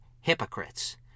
hypocrites